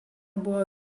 buvo